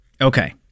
Okay